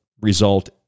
result